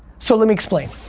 so let me explain.